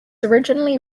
originally